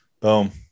boom